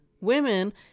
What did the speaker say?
women